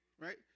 Right